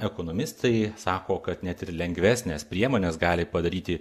ekonomistai sako kad net ir lengvesnės priemonės gali padaryti